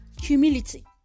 humility